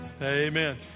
Amen